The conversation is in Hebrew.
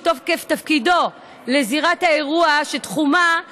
גישה מתוקף תפקידו לזירת אירוע תחומה,